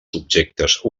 subjectes